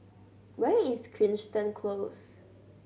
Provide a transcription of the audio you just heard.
where is Crichton Close